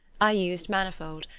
i used manifold,